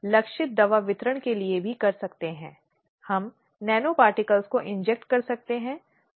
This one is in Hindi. वह अक्सर टूटने की कगार पर होती है वह अक्सर मानसिक आघात में होती है